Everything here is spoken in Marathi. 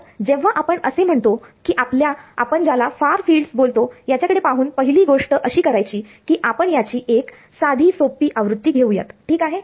तर जेव्हा आपण असे म्हणतो की आपण ज्याला फार फिल्डस बोलतो याच्याकडे पाहून पहिली गोष्ट अशी करायची की आपण याची एक साधी सोपी आवृत्ती घेऊयात ठीक आहे